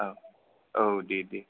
औ औ दे दे